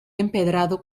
empedrado